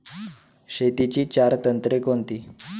शेतीची चार तंत्रे कोणती?